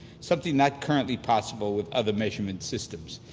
something not currently possible with other measurement systems.